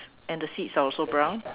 and the seats are also brown